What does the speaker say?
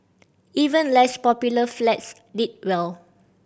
even less popular flats did well